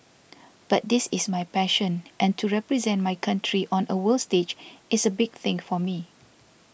but this is my passion and to represent my country on a world stage is a big thing for me